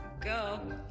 go